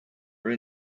are